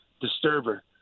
disturber